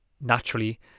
naturally